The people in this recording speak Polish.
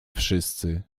wszyscy